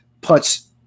puts